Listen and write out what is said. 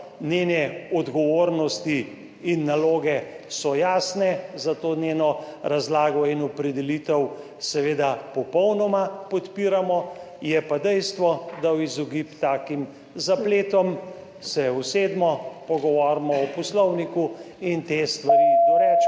Njene odgovornosti in naloge so jasne za to njeno razlago in opredelitev seveda popolnoma podpiramo. Je pa dejstvo, da v izogib takim zapletom se usedemo, pogovorimo o Poslovniku in te stvari dorečemo,